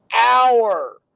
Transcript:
hour